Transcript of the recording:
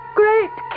great